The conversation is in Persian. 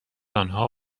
آنها